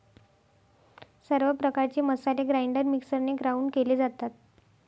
सर्व प्रकारचे मसाले ग्राइंडर मिक्सरने ग्राउंड केले जातात